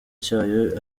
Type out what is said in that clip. cyayo